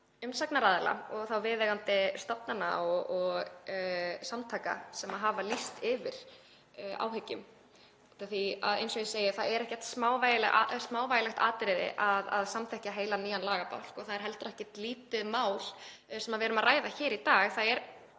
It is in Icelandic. umsagnaraðila og viðeigandi stofnana og samtaka sem hafa lýst yfir áhyggjum. Það er ekkert smávægilegt atriði að samþykkja heilan nýjan lagabálk og það er heldur ekkert lítið mál sem við erum að ræða hér í dag.